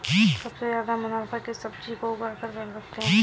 सबसे ज्यादा मुनाफा किस सब्जी को उगाकर कर सकते हैं?